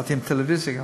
באתי עם טלוויזיה גם,